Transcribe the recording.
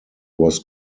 was